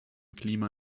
klima